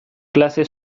klase